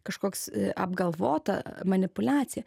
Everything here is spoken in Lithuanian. kažkoks apgalvota manipuliacija